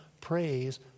praise